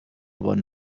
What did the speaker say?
bon